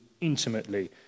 intimately